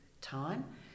time